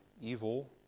evil